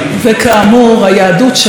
השר בנט, תודה רבה.